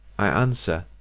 i answer,